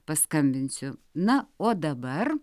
paskambinsiu na o dabar